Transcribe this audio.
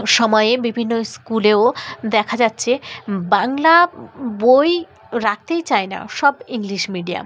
সময়ে বিভিন্ন স্কুলেও দেখা যাচ্ছে বাংলা বই রাখতেই চায় না সব ইংলিশ মিডিয়াম